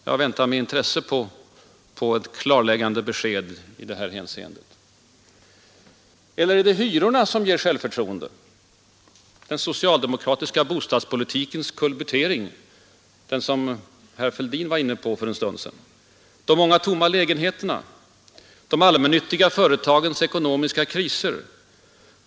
Jag väntar med intresse på ett klarläggande besked i det hänseendet. Eller är det hyrorna som ger självförtroende? Den socialdemokratiska bostadspolitikens kullbyttering, den som herr Fälldin var inne på för en stund sedan? De många tomma lägenheterna? De allmännyttiga företagens ekonomiska kriser?